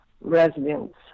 residents